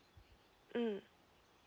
mm